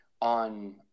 on –